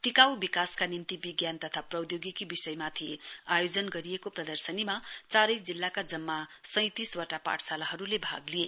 टिकाउ विकासका निम्ति विज्ञान तथा प्रौधोगिकी विषयमाथि आयोजन गरिएको प्रदर्शनीमा चारै जिल्लाका जम्मा सैंतिसवटा पाठशालाहरुले भाग लिए